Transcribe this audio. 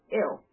ill